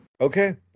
Okay